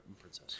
Princess